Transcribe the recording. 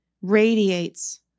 Radiates